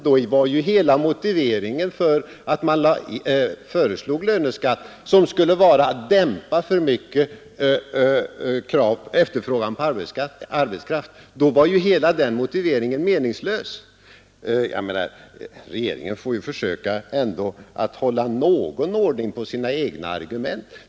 Då var ju hela motiveringen meningslös när man föreslog en löneskatt som skulle dämpa den för stora efterfrågan på arbetskraft. Jag tycker att regeringen får försöka hålla någon ordning på sina egna argument.